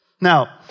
Now